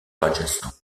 rajasthan